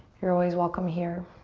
you're always welcome here.